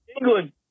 England